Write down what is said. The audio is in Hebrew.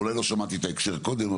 אולי לא שמעתי את ההקשר קודם,